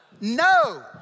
No